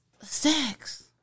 Sex